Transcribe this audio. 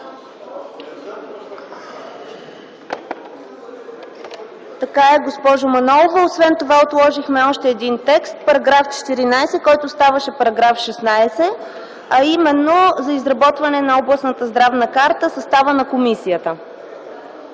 Така е, госпожо Манолова. Освен това отложихме още един текст –§ 14, който става § 16, именно за изработване на областната здравна карта – съставът на комисията.